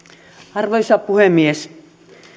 arvoisa puhemies